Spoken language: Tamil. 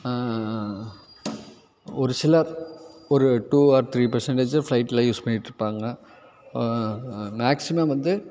ஒரு சிலர் ஒரு டூ ஆர் த்ரீ பர்சென்டேஜ் ஃபிளைட்டில் யூஸ் பண்ணிட்டிருப்பாங்க மேக்ஸிமம் வந்து